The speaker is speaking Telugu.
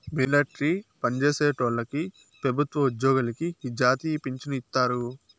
మిలట్రీ పన్జేసేటోల్లకి పెబుత్వ ఉజ్జోగులకి ఈ జాతీయ పించను ఇత్తారు